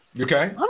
Okay